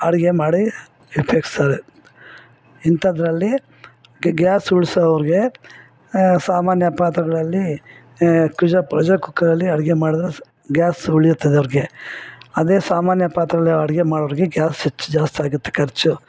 ಅಡಿಗೆ ಮಾಡಿ ಉಪ್ಯೋಗಿಸ್ತಾರೆ ಇಂಥದ್ರಲ್ಲಿ ಗ್ಯಾಸ್ ಉಳ್ಸೋವ್ರಿಗೆ ಸಾಮಾನ್ಯ ಪಾತ್ರೆಗಳಲ್ಲಿ ಕ್ರಶ ಪ್ರೆಷರ್ ಕುಕ್ಕರಲ್ಲಿ ಅಡಿಗೆ ಮಾಡಿದರೆ ಗ್ಯಾಸ್ ಉಳಿಯುತ್ತದೆ ಅವ್ರಿಗೆ ಅದೇ ಸಾಮಾನ್ಯ ಪಾತ್ರೆಗಳಲ್ಲಿ ಅಡಿಗೆ ಮಾಡೋವ್ರಿಗೆ ಗ್ಯಾಸ್ ಹೆಚ್ಚು ಜಾಸ್ತಿಯಾಗುತ್ತೆ ಖರ್ಚು